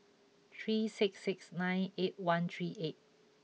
three six six nine eight one three eight